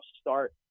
start